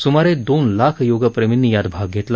सुमारे दोन लाख योगप्रेमींनी यात भाग घेतला